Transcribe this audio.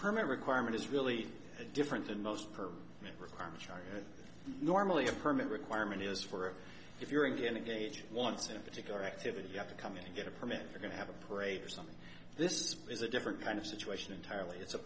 permit requirement is really different than most per requirements are normally a permit requirement is for if you're in vienna gauge once in a particular activity you have to come in to get a permit you're going to have a parade or something this is a different kind of situation entirely it's a